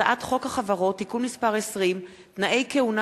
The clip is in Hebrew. הצעת חוק החברות (תיקון מס' 20) (תנאי כהונה